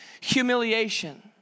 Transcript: humiliation